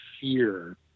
fear